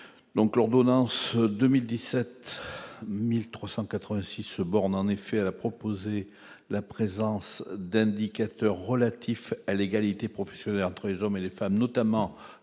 L'ordonnance n° 2017-1386 se borne en effet à proposer la présence « d'indicateurs relatifs à l'égalité professionnelle entre les hommes et les femmes, notamment